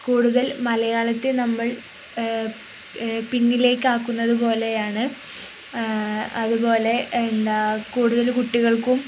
കൂടുതൽ മലയാളത്തെ നമ്മൾ പിന്നിലേക്കാക്കുന്നത് പോലെയാണ് അതുപോലെ എന്താണ് കൂടുതൽ കുട്ടികൾക്കും